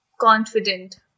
confident